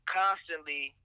constantly